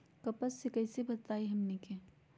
कपस से कईसे बचब बताई हमनी के?